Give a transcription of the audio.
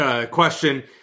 question